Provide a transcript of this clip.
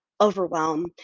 overwhelm